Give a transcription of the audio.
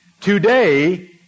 Today